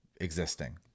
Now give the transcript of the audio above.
existing